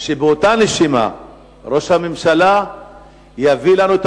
שבאותה נשימה ראש הממשלה יביא לנו את